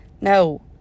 no